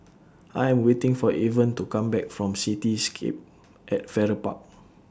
I Am waiting For Evan to Come Back from Cityscape At Farrer Park